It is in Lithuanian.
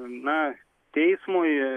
na teismui